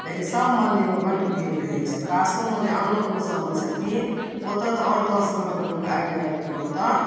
लेकिन सभ मन्दिरमे बड भीड़ रहैत छनि पासोमे जे आनो गाँव सभमे छथिन ओतऽ तऽ आओर दश गाँव के लोक आबि आबि कऽ ओतऽ